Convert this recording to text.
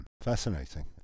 Fascinating